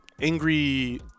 angry